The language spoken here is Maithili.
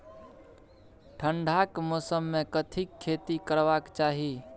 ठंडाक मौसम मे कथिक खेती करबाक चाही?